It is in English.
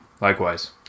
Likewise